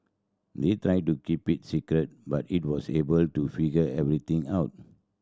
they tried to keep it a secret but it was able to figure everything out